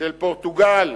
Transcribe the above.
של פורטוגל,